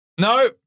No